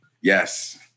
Yes